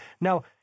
Now